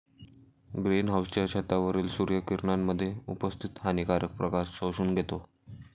green हाउसच्या छतावरील सूर्य किरणांमध्ये उपस्थित हानिकारक प्रकाश शोषून घेतो